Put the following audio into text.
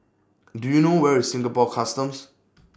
Do YOU know Where IS Singapore Customs